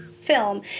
film